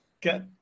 get